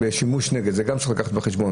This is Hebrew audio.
בשימוש נגד, ואת זה גם צריך לקחת בחשבון.